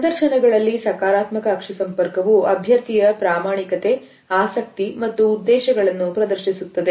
ಸಂದರ್ಶನಗಳಲ್ಲಿ ಸಕಾರಾತ್ಮಕ ಅಕ್ಷಿ ಸಂಪರ್ಕವು ಅಭ್ಯರ್ಥಿಯ ಪ್ರಾಮಾಣಿಕತೆ ಆಸಕ್ತಿ ಮತ್ತು ಉದ್ದೇಶಗಳನ್ನು ಪ್ರದರ್ಶಿಸುತ್ತದೆ